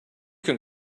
can